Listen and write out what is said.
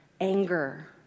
anger